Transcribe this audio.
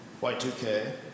Y2K